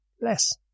less